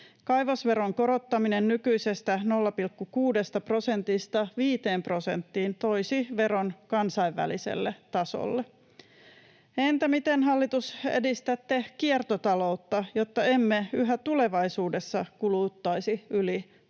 Kaivosveron korottaminen nykyisestä 0,6 prosentista 5 prosenttiin toisi veron kansainväliselle tasolle. Entä miten, hallitus, edistätte kiertotaloutta, jotta emme yhä tulevaisuudessa kuluttaisi yli planeetan rajojen?